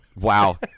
Wow